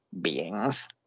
beings